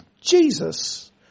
Jesus